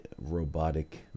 robotic